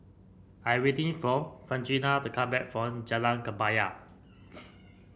I'm waiting for Francina to come back from Jalan Kebaya